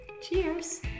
Cheers